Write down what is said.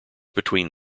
between